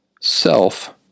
self